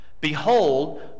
Behold